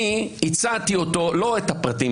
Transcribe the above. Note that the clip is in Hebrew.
אני הצעתי אותו, לא את הפרטים